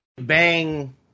bang